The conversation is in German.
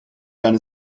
deine